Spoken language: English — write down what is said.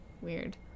weird